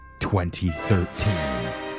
2013